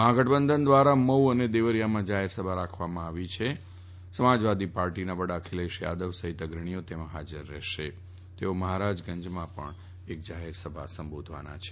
મહાગઠબંધન ધ્વારા મઉ અને દેવરિયામાં જાહેર સભા રાખવામાં આવી છે અને તેમાં સમાજવાદી પાર્ટીના વડા અખિલેશ યાદવ સહિત અગ્રણીઓ હાજર રહેશે તેઓ મહારાજગંજમાં પણ જાહેરસભા સંબોધવાના છે